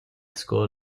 school